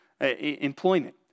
employment